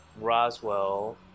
Roswell